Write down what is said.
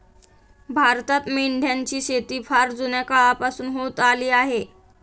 भारतात मेंढ्यांची शेती फार जुन्या काळापासून होत आली आहे